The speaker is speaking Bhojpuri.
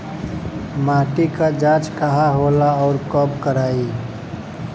माटी क जांच कहाँ होला अउर कब कराई?